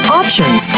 options